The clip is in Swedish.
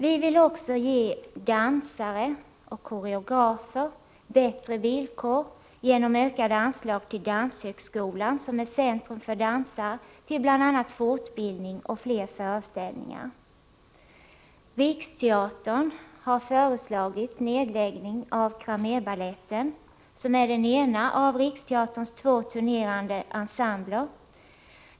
Vi vill också ge dansare och koreografer bättre villkor genom ökade anslag till Danshögskolan, som är centrum för dansare, till bl.a. fortbildning och fler föreställningar. Riksteatern har föreslagit nedläggning av Cramérbaletten, som är den ena av Riksteaterns två turnerande ensembler.